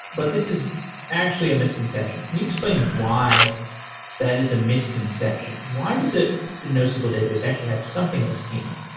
but this is actually a misconception. can you explain why that is a misconception? why does a nosql database actually have something of a schema?